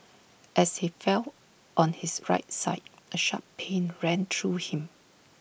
as he fell on his right side A sharp pain ran through him